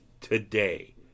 today